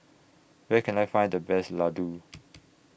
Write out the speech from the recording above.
Where Can I Find The Best Ladoo